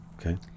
Okay